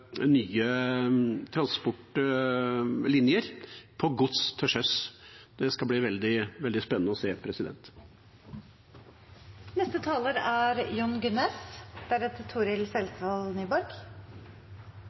nye transportlinjer for gods til sjøs. Det skal bli veldig spennende å se.